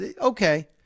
okay